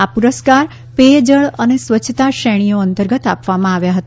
આ પુરસ્કાર પેયજળ અને સ્વચ્છતા શ્રેણીઓ અંતર્ગત આપવામાં આવ્યા હતા